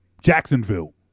Jacksonville